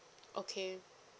okay